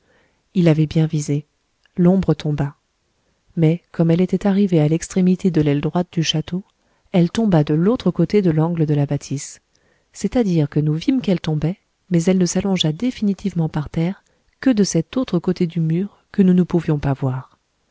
il avait bien visé l'ombre tomba mais comme elle était arrivée à l'extrémité de l'aile droite du château elle tomba de l'autre côté de l'angle de la bâtisse c'est-à-dire que nous vîmes qu'elle tombait mais elle ne s'allongea définitivement par terre que de cet autre côté du mur que nous ne pouvions pas voir